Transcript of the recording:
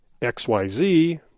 XYZ